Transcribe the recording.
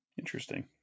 Interesting